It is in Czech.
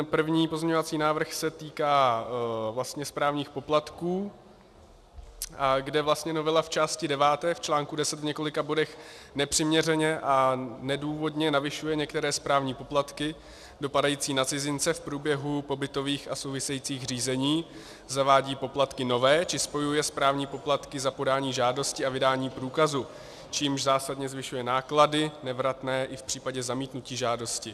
První pozměňovací návrh se týká správních poplatků, kde novela v části deváté v článku deset v několika bodech nepřiměřeně a nedůvodně navyšuje některé správní poplatky dopadající na cizince v průběhu pobytových a souvisejících řízení, zavádí poplatky nové či spojuje správní poplatky za podání žádosti a vydání průkazu, čímž zásadně zvyšuje náklady nevratné i v případě zamítnutí žádosti.